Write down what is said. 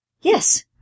Yes